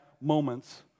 moments